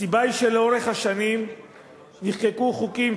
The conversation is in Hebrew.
הסיבה היא שלאורך השנים נחקקו חוקים,